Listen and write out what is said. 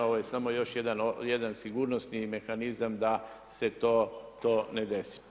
Ovo je samo još jedan sigurnosni mehanizam da se to ne desi.